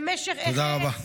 תודה.